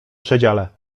przedziale